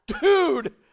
dude